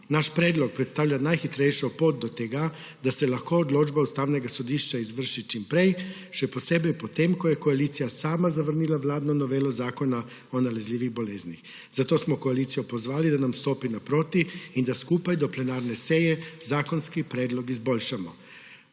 Naš predlog predstavlja najhitrejšo pot do tega, da se lahko odločba Ustavnega sodišča izvrši čim prej, še posebej po tem, ko je koalicija sama zavrnila vladno novelo Zakona o nalezljivih boleznih. Zato smo koalicijo pozvali, da nam stopi naproti in da skupaj do plenarne seje zakonski predlog izboljšamo.